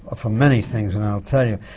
ah for many things, and i'll tell you.